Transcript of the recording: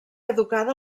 educada